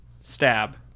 stab